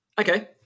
Okay